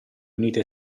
unite